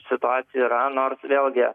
situacija yra nors vėlgi